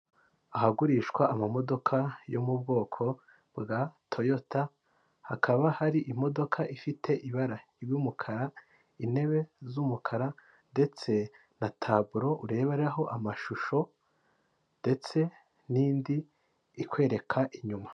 Ahagurishwa amamodoka yo mu bwoko bwa toyota, hakaba hari imodoka ifite ibara ry'umukara, intebe z'umukara, ndetse na taburo ureberaho amashusho ndetse n'indi ikwereka inyuma.